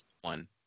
one